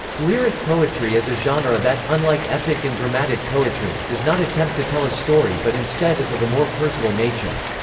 lyric poetry is a genre that, unlike epic and dramatic poetry, does not attempt to tell a story but instead is of a more personal nature.